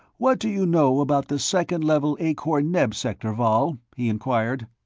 what do you know about the second level akor-neb sector, vall? he inquired.